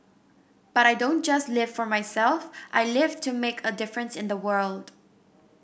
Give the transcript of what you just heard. but I don't just live for myself I live to make a difference in the world